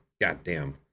goddamn